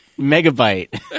megabyte